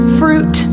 fruit